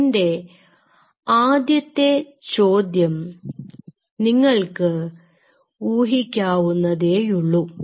എൻറെ ആദ്യത്തെ ചോദ്യം നിങ്ങൾക്ക് ഊഹിക്കാവുന്നതേയുള്ളൂ